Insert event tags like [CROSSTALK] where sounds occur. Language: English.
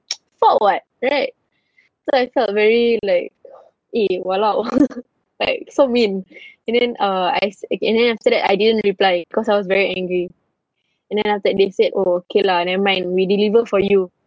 [NOISE] fault [what] right [BREATH] so I felt very like eh !walao! [LAUGHS] like so mean [BREATH] and then uh I s~ and then after that I didn't reply because I was very angry [BREATH] and then after that they said oh okay lah never mind we'll deliver for you